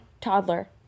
toddler